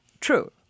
True